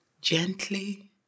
gently